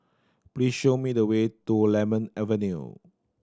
please show me the way to Lemon Avenue